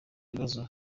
bibazo